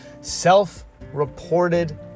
Self-reported